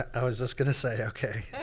i was just gonna say. okay,